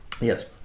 Yes